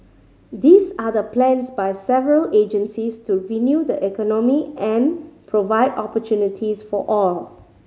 these are the plans by several agencies to renew the economy and provide opportunities for all